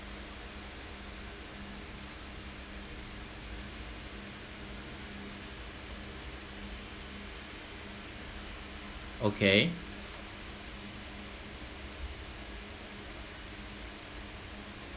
okay